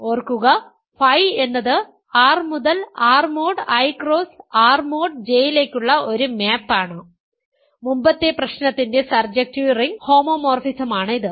ഓർക്കുക ഫൈ എന്നത് R മുതൽ R mod I cross R mod J ലേക്കുള്ള ഒരു മാപ് ആണ് മുമ്പത്തെ പ്രശ്നത്തിന്റെ സർജക്റ്റീവ് റിംഗ് ഹോമോമോർഫിസമാണ് ഇത്